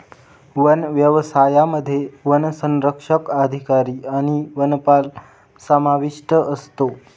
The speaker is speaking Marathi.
वन व्यवसायामध्ये वनसंरक्षक अधिकारी आणि वनपाल समाविष्ट असतो